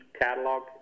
catalog